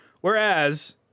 whereas